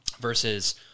Versus